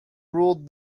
ruled